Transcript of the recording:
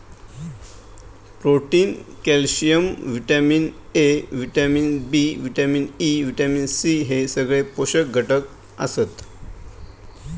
protein, calcium, vitamin A, vitamin B, vitamin E, vitamin C हे सगळे पोषक घटक आसत